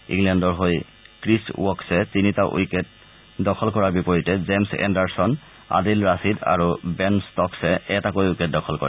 ইংলেণ্ডৰ হৈ Chris Woakes তিনিটা উইকেট দখল কৰাৰ বিপৰীতে জেম্ছ এণ্ডাৰছন আদিল ৰাছিদ আৰু বেন ট্টকছে এটাকৈ উইকেট দখল কৰে